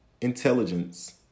intelligence